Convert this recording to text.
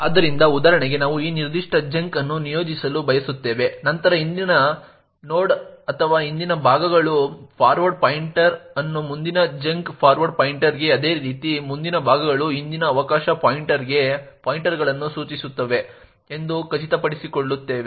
ಆದ್ದರಿಂದ ಉದಾಹರಣೆಗೆ ನಾವು ಈ ನಿರ್ದಿಷ್ಟ ಚಂಕ್ ಅನ್ನು ನಿಯೋಜಿಸಲು ಬಯಸುತ್ತೇವೆ ನಂತರ ಹಿಂದಿನ ನೋಡ್ ಅಥವಾ ಹಿಂದಿನ ಭಾಗಗಳು ಫಾರ್ವರ್ಡ್ ಪಾಯಿಂಟರ್ ಅನ್ನು ಮುಂದಿನ ಚಂಕ್ ಫಾರ್ವರ್ಡ್ ಪಾಯಿಂಟರ್ಗೆ ಅದೇ ರೀತಿ ಮುಂದಿನ ಭಾಗಗಳು ಹಿಂದಿನ ಅವಕಾಶ ಪಾಯಿಂಟರ್ಗೆ ಪಾಯಿಂಟ್ಗಳನ್ನು ಸೂಚಿಸುತ್ತವೆ ಎಂದು ಖಚಿತಪಡಿಸಿಕೊಳ್ಳುತ್ತೇವೆ